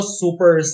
super